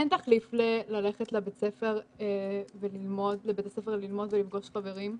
אין תחליף להליכה לבית הספר וללמוד ולפגוש חברים,